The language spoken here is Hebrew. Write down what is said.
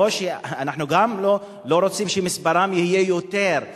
אנחנו גם לא רוצים שמספרם יהיה גדול יותר,